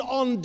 on